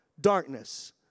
Darkness